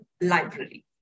library